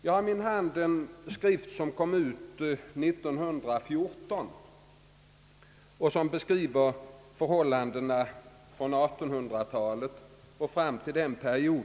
Jag har i min hand en skrift, som kom ut år 1914 och som beskriver förhållandena från 1800-talet och fram till år 1914.